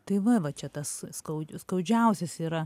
tai va va čia tas skau skaudžiausias yra